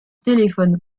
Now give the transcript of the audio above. téléphones